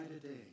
today